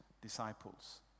disciples